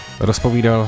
rozpovídal